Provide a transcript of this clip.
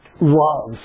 love